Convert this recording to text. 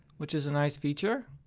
which is a nice feature.